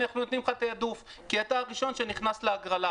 אנחנו נותנים לו תעדוף כי הוא הראשון שנכנס להגרלה.